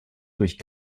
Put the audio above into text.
durch